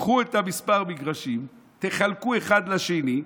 קחו את מספר המגרשים, תחלקו אחד בשני,